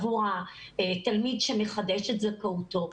עבור התלמיד שמחדש את זכאותו,